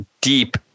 deep